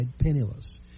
penniless